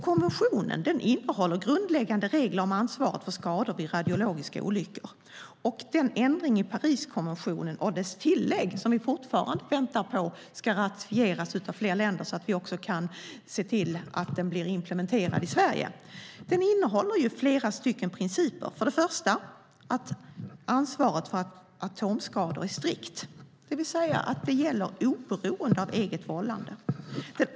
Konventionen innehåller grundläggande regler om ansvaret för skador vid radiologiska olyckor. Den ändring av Pariskonventionen och dess tillägg som vi fortfarande väntar på ska ratificeras av fler länder så att vi också kan implementera den i Sverige innehåller flera principer. För det första är ansvaret för atomskador strikt. Det gäller oberoende av eget vållande.